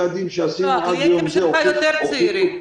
לא, הקליינטים שלך יותר צעירים.